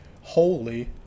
holy